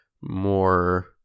more